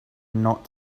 not